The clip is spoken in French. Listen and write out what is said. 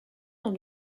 dans